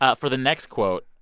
ah for the next quote,